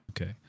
Okay